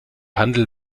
handel